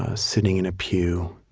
ah sitting in a pew,